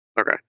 Okay